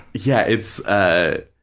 yeah, it's, ah